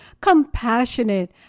compassionate